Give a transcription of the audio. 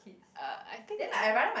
uh I think I